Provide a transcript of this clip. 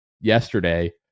yesterday